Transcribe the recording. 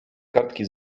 kartki